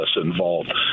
involved